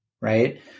right